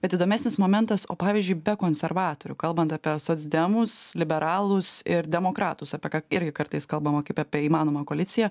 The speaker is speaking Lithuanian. bet įdomesnis momentas o pavyzdžiui be konservatorių kalbant apie socdemus liberalus ir demokratus apie ką irgi kartais kalbama kaip apie įmanoma koaliciją